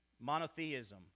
Monotheism